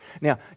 Now